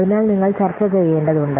അതിനാൽ നിങ്ങൾ ചർച്ചചെയ്യേണ്ടതുണ്ട്